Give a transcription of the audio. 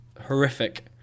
horrific